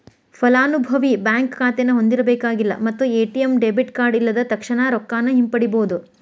ಫಲಾನುಭವಿ ಬ್ಯಾಂಕ್ ಖಾತೆನ ಹೊಂದಿರಬೇಕಾಗಿಲ್ಲ ಮತ್ತ ಎ.ಟಿ.ಎಂ ಡೆಬಿಟ್ ಕಾರ್ಡ್ ಇಲ್ಲದ ತಕ್ಷಣಾ ರೊಕ್ಕಾನ ಹಿಂಪಡಿಬೋದ್